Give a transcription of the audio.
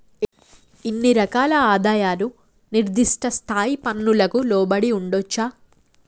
ఇన్ని రకాల ఆదాయాలు నిర్దిష్ట స్థాయి పన్నులకు లోబడి ఉండొచ్చా